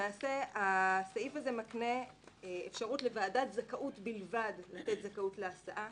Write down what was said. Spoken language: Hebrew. למעשה הסעיף הזה מקנה אפשרות לוועדת זכאות בלבד לתת זכאות להסעה.